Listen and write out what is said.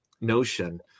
notion